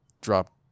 drop